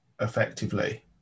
effectively